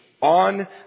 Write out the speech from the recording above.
On